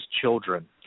children